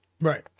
Right